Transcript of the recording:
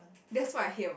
that's what I hate about